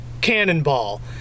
Cannonball